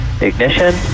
ignition